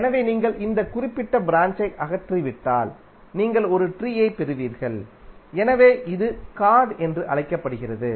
எனவே நீங்கள் இந்த குறிப்பிட்ட ப்ராஞ்ச்சை அகற்றிவிட்டால் நீங்கள் ஒரு ட்ரீயை பெறுவீர்கள் எனவே இது கார்ட் என்று அழைக்கப்படுகிறது